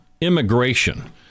immigration